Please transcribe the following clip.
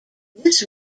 this